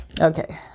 okay